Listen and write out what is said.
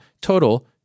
total